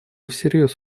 всерьез